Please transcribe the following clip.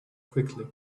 quickly